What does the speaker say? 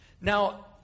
Now